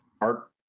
Art